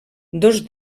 dos